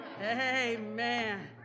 Amen